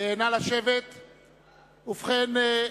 אינה נוכחת ובכן,